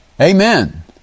Amen